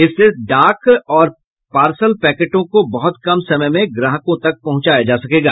इससे डाक और पार्सल पैकेटों को बहुत कम समय में ग्राहकों तक पहुंचाया जा सकेगा